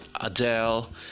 Adele